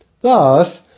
Thus